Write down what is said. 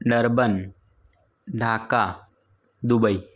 Durban Dhaka Dubai